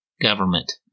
government